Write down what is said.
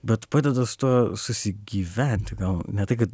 bet padeda su tuo susigyventi gal ne tai kad